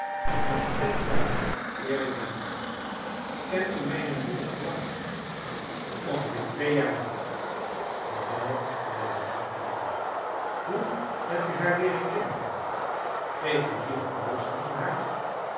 nog een vraag eer ik heenga kent u mijne moeder al lang ongeveer twee jaar mijnheer de bel luidde niet meer hoe hebt u haa r leeren kennen kreeg u bier een boodschap van haar